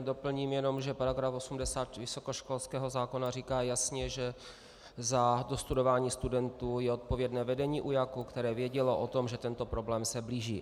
Doplním jenom, že § 80 vysokoškolského zákona říká jasně, že za dostudování studentů je odpovědné vedení UJAK, které vědělo o tom, že tento problém se blíží.